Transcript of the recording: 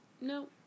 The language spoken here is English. No